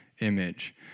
image